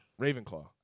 Ravenclaw